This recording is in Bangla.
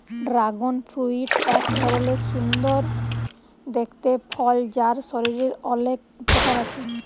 ড্রাগন ফ্রুইট এক ধরলের সুন্দর দেখতে ফল যার শরীরের অলেক উপকার আছে